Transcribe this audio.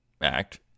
Act